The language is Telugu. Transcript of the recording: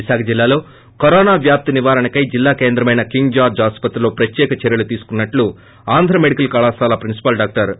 విశాఖ జిల్లాలో కరోనా వ్యాప్తి నివారణకై జిల్లా కేంద్రమైన కింగ్ జార్ల్ ఆసుపత్రిలో ప్రత్యేక చర్యలు తీసుకున్నట్లు ఆంధ్రా మెడికల్ కళాశాల ప్రిన్సిపాల్ డాక్టర్ పి